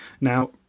Now